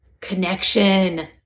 connection